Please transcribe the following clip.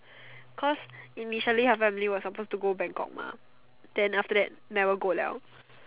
cause initially her family was suppose to go Bangkok mah then after that never go liao